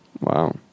Wow